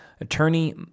attorney